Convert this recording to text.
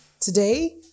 Today